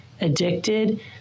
addicted